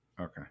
Okay